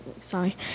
sorry